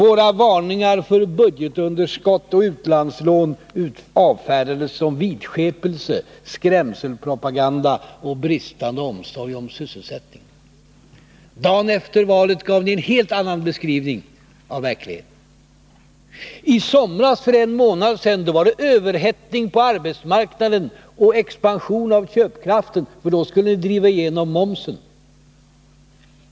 Våra varningar för budgetunderskott och utlandslån avfärdades som vidskepelse, skrämselpropaganda och bristande omsorg om sysselsättningen. Dagen efter valet gav ni en helt annan beskrivning av verkligheten. I somras, för ett par månader sedan, var det överhettning på arbetsmarknaden och expansion av köpkraften, för då skulle ni driva igenom momsen.